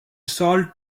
salt